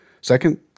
Second